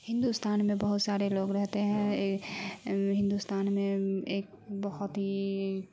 ہندوستان میں بہت سارے لوگ رہتے ہیں ہندوستان میں ایک بہت ہی